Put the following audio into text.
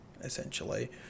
essentially